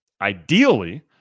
Ideally